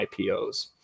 IPOs